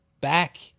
back